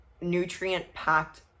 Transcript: nutrient-packed